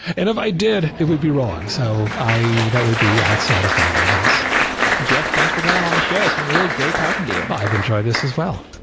and if i did, it would be wrong. so that would be outside of my wheelhouse jeff, thanks for going on the show. it's been really great talking to you i've enjoyed this as well